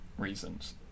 reasons